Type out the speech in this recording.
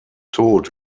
tod